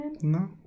no